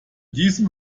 diesem